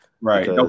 Right